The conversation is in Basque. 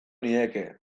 nieke